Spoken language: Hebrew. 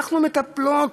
אנחנו מטפלות.